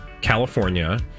California